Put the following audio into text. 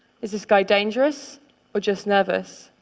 is this guy dangerous or just nervous?